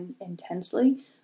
intensely